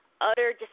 Utter